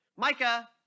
Micah